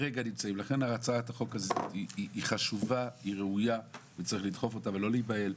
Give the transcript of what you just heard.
הצעת החוק היא חשובה וראויה וצריך לדחוף אותה ולא להיבהל,